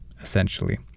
essentially